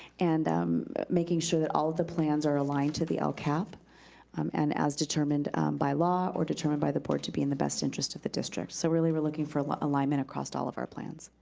and making sure that all of the plans are aligned to the ah lcap um and as determined by law or determined by the board to be in the best interest of the district. so really, we're looking for alignment across all of our plans.